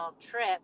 trip